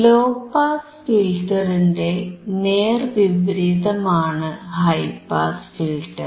law pass ഫിൽറ്ററിന്റെ നേർവിപരീതമാണ് high pass filter